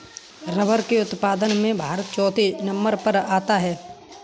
rubber के उत्पादन में भारत चौथे नंबर पर आता है